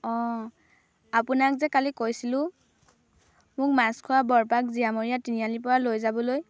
অঁ আপোনাক যে কালি কৈছিলো মোক মাছখোৱা বৰপাক জীয়ামৰিয়া তিনিআলিৰ পৰা লৈ যাবলৈ